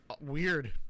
weird